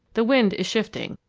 the wind is shifting.